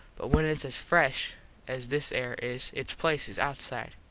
but when its as fresh as this air is its place is outside.